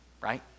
right